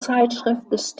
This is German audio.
zeitschrift